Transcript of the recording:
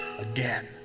again